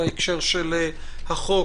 בהקשר של החוק,